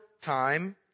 time